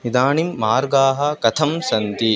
इदानीं मार्गाः कथं सन्ति